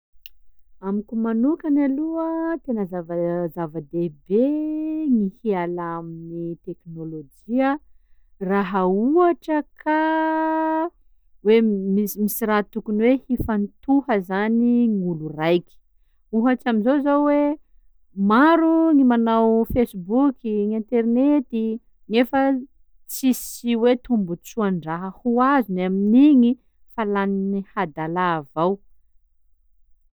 Amiko manokany aloha tena zava- zava-dehibe gny hialà amin'ny teknôlôjia raha ohatra ka hoe mis- misy raha tokony hoe hifantoha zany gny olo raiky, ohatsy am'zao zao hoe maro gny manao fesiboky, gny internety, gnefa tsisy hoe tombontsoan-draha ho azony amin'igny fa lanin'ny hadalà avao.